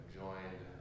joined